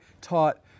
taught